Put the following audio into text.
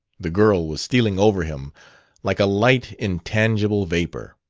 the girl was stealing over him like a light, intangible vapor.